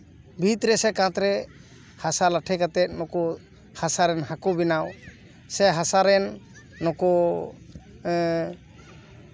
ᱵᱷᱤᱛ ᱨᱮᱥᱮ ᱠᱟᱛ ᱨᱮ ᱦᱟᱥᱟ ᱞᱟᱴᱷᱮ ᱠᱟᱛᱮᱜ ᱱᱩᱠᱩ ᱦᱟᱥᱟ ᱨᱮᱱ ᱦᱟᱹᱠᱩ ᱵᱮᱱᱟᱣ ᱥᱮ ᱦᱟᱥᱟ ᱨᱮᱱ ᱱᱩᱠᱩ ᱮᱜ